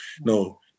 No